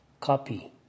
Copy